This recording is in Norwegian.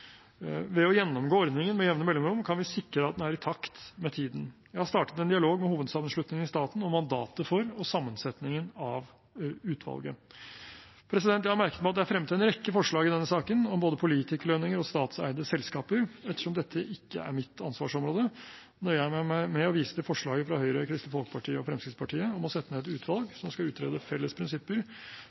Ved å gjennomgå ordningen med jevne mellomrom kan vi sikre at den er i takt med tiden. Jeg har startet en dialog med hovedsammenslutningene i staten om mandatet for og sammensetningen av utvalget. Jeg har merket meg at det er fremmet en rekke forslag i denne saken om både politikerlønninger og statseide selskaper. Ettersom dette ikke er mitt ansvarsområde, nøyer jeg meg med å vise til forslaget fra Høyre, Kristelig Folkeparti og Fremskrittspartiet om å sette ned et utvalg som skal utrede felles prinsipper